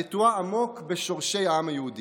הנטועה עמוק בשורשי העם היהודי.